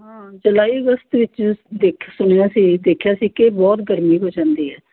ਹਾਂ ਜੁਲਾਈ ਅਗਸਤ ਵਿੱਚ ਦੇਖ ਸੁਣਿਆ ਸੀ ਦੇਖਿਆ ਸੀ ਕਿ ਬਹੁਤ ਗਰਮੀ ਹੋ ਜਾਂਦੀ ਹੈ